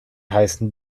heißen